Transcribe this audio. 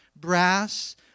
brass